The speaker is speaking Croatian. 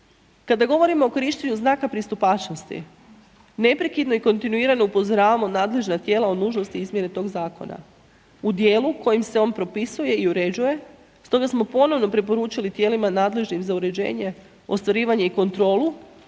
Kada govorimo o korištenju znaka pristupačnosti, neprekidno i kontinuirano upozoravamo nadležna tijela o nužnosti izmjene toga zakona u djelu kojim se on propisuje i uređuje stoga smo ponovno preporučili tijelima nadležnim za uređenje ostvarivanje i kontrolu